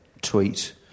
tweet